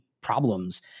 problems